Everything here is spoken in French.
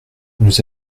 nous